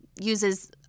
uses